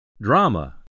Drama